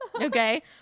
okay